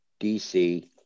dc